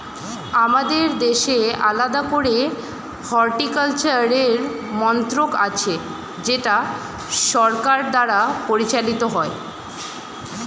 আমাদের দেশে আলাদা করে হর্টিকালচারের মন্ত্রক আছে যেটা সরকার দ্বারা পরিচালিত হয়